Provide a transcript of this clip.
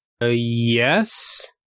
yes